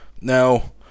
Now